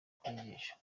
kwigisha